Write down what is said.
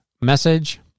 message